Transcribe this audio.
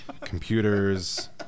Computers